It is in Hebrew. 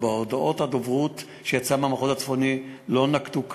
ובהודעות הדוברות שיצאה מהמחוז הצפוני לא נקטו קו.